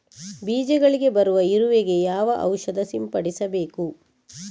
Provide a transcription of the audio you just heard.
ಬೀಜಗಳಿಗೆ ಬರುವ ಇರುವೆ ಗೆ ಯಾವ ಔಷಧ ಸಿಂಪಡಿಸಬೇಕು?